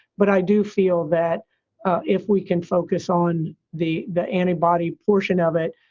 but i do feel that if we can focus on the the antibody portion of it,